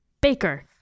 baker